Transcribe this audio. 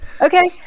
Okay